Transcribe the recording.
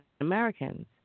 Americans